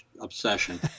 obsession